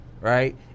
Right